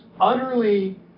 utterly